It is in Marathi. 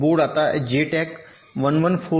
आता हे JTAG 1149